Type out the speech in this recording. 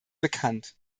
bekannt